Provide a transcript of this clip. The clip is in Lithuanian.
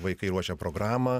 vaikai ruošia programą